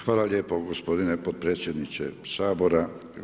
Hvala lijepo gospodine potpredsjedniče Sabora.